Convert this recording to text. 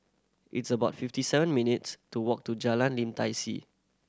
it's about fifty seven minutes' to walk to Jalan Lim Tai See